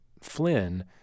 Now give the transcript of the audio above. Flynn